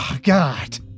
God